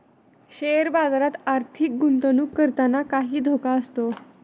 share बाजारात आर्थिक गुंतवणूक करताना काही धोका असतो